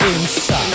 Inside